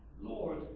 Lord